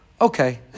Okay